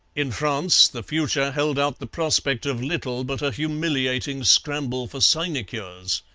in france the future held out the prospect of little but a humiliating scramble for sinecures.